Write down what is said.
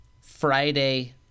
Friday